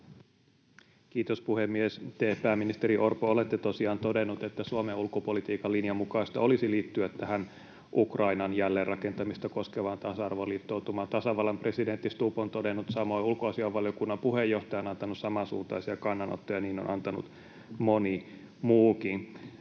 Kiitos puhemies! Te, pääministeri Orpo, olette tosiaan todennut, että Suomen ulkopolitiikan linjan mukaista olisi liittyä tähän Ukrainan jälleenrakentamista koskevaan tasa-arvoliittoutumaan. Tasavallan presidentti Stubb on todennut samoin, ulkoasiainvaliokunnan puheenjohtaja on antanut samansuuntaisia kannanottoja, niin on antanut moni muukin.